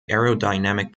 aerodynamic